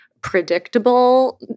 predictable